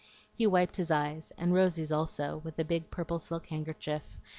he wiped his eyes, and rosy's also, with the big purple silk handkerchief,